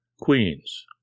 queens